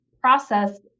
process